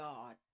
God